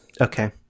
Okay